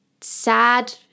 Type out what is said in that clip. sad